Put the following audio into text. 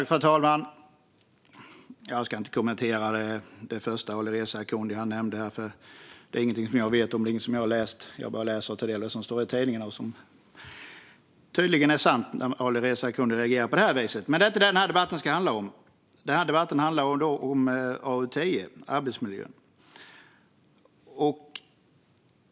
Fru talman! Jag ska inte kommentera det första som Alireza Akhondi nämnde här. Det är ingenting som jag vet någonting om. Jag bara läser och tar del av det som står i tidningarna, som tydligen är sant eftersom Alireza Akhondi reagerar på det här viset. Men det är inte det som den här debatten ska handla om. Den här debatten handlar om AU10 och arbetsmiljö.